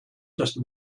just